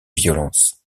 violence